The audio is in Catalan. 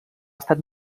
estat